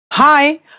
Hi